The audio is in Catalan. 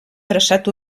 traçat